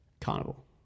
Carnival